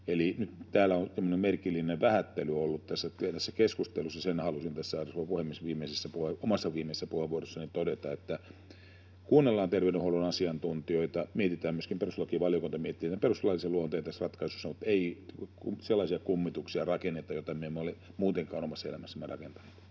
on ollut tämmöinen merkillinen vähättely, ja sen halusin, arvoisa puhemies, tässä omassa viimeisessä puheenvuorossani todeta, että kuunnellaan terveydenhuollon asiantuntijoita ja myöskin perustuslakivaliokunta miettii tämän perustuslaillisen luonteen tässä ratkaisussa mutta ei rakenneta sellaisia kummituksia, joita me emme ole muutenkaan omassa elämässämme rakentaneet.